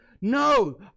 No